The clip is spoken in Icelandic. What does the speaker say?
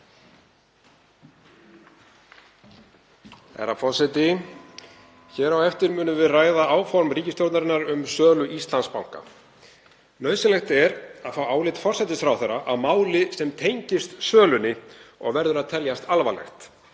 Herra forseti. Hér á eftir munum við ræða áform ríkisstjórnarinnar um sölu á Íslandsbanka. Nauðsynlegt er að fá álit forsætisráðherra á máli sem tengist sölunni og verður að teljast alvarlegt.